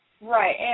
Right